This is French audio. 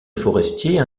forestier